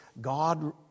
God-